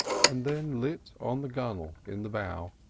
and then lit on the gunwale in the bow,